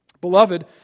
Beloved